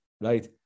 right